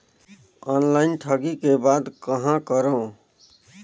Online ठगी के बाद कहां करों?